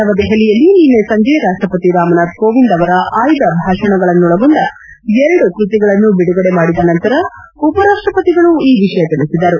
ನವದೆಹಲಿಯಲ್ಲಿ ನಿನ್ನೆ ಸಂಜೆ ರಾಷ್ಷಪತಿ ರಾಮನಾಥ್ ಕೋವಿಂದ್ ಅವರ ಆಯ್ದ ಭಾಷಣಗಳನ್ನೊಳಗೊಂಡ ಎರಡು ಕೃತಿಗಳನ್ನು ಬಿಡುಗಡೆ ಮಾಡಿದ ನಂತರ ಉಪರಾಷ್ಷಪತಿಗಳು ಈ ವಿಷಯ ತಿಳಿಸಿದರು